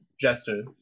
Jester